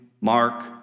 Mark